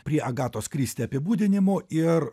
prie agatos kristi apibūdinimo ir